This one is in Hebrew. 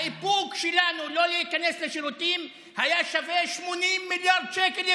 האיפוק שלנו לא להיכנס לשירותים היה שווה 80 מיליארד שקל,